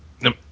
Nope